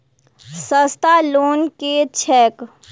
सस्ता लोन केँ छैक